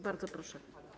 Bardzo proszę.